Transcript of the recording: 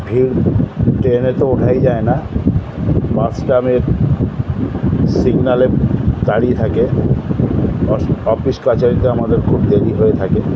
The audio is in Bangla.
ভিড় ট্রেনে তো ওঠাই যায় না বাস ট্রামের সিগনালে দাঁড়িয়ে থাকে অফিস কাচারিতে আমাদের খুব দেরি হয়ে থাকে